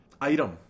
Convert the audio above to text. item